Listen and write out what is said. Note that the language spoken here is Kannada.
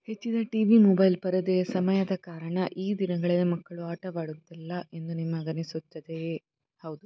ಹೆಚ್ಚಿದ ಟಿ ವಿ ಮೊಬೈಲ್ ಪರದೆಯ ಸಮಯದ ಕಾರಣ ಈ ದಿನಗಳಲ್ಲಿ ಮಕ್ಕಳು ಆಟವಾಡುತ್ತಿಲ್ಲ ಎಂದು ನಿಮಗನಿಸುತ್ತದೆಯೇ ಹೌದು